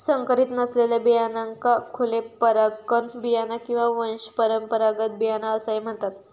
संकरीत नसलेल्या बियाण्यांका खुले परागकण बियाणा किंवा वंशपरंपरागत बियाणा असाही म्हणतत